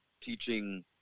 teaching